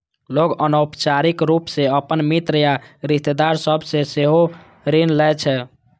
लोग अनौपचारिक रूप सं अपन मित्र या रिश्तेदार सभ सं सेहो ऋण लै छै